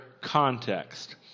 context